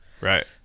right